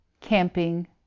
camping